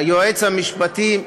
היועץ המשפטי מעוגן,